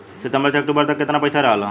सितंबर से अक्टूबर तक कितना पैसा रहल ह?